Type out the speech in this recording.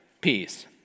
peace